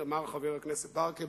אמר חבר הכנסת ברכה,